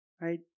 right